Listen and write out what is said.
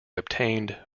obtained